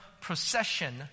procession